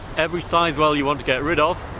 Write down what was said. every sizewell you want to get rid of,